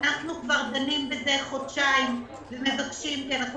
אנחנו דנים בזה חודשיים ומבקשים כי אנחנו